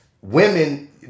women